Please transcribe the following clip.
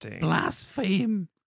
Blaspheme